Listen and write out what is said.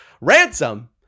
ransom